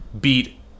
beat